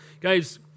Guys